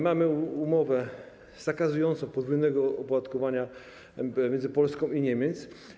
Mamy umowę zakazującą podwójnego opodatkowania między Polską i Niemcami.